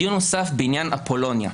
דיון נוסף בעניין אפולוניה.